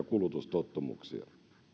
kulutustottumuksia